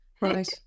right